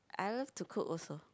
I love to cook also